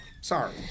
Sorry